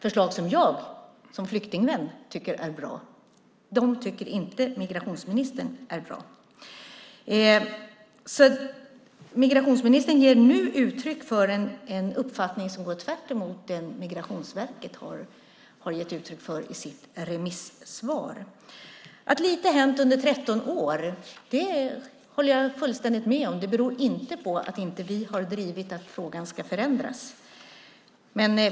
Förslag som jag som flyktingvän tycker är bra tycker inte migrationsministern är bra. Migrationsministern ger nu uttryck för en uppfattning som går tvärtemot den som Migrationsverket har gett uttryck för i sitt remissvar. Att lite hänt under 13 år håller jag fullständigt med om. Det beror inte på att vi inte har drivit att frågan ska förändras.